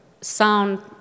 sound